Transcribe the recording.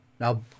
Now